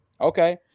Okay